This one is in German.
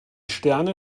sterne